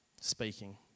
speaking